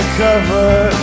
cover